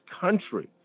country